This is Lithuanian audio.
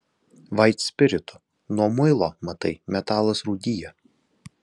vaitspiritu nuo muilo matai metalas rūdija